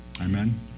amen